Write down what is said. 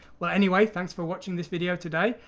well anyway, thanks for watching this video today!